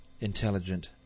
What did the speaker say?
intelligent